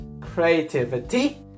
Creativity